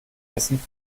essen